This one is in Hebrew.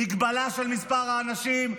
הגבלה של מספר האנשים.